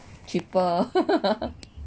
cheaper